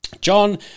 John